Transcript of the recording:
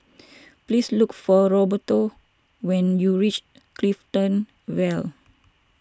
please look for Roberto when you reach Clifton Vale